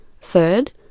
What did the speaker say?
Third